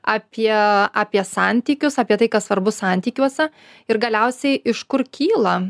apie apie santykius apie tai kas svarbu santykiuose ir galiausiai iš kur kyla